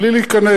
בלי להיכנס.